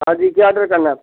हाँ जी क्या आडर करना है आपको